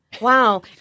Wow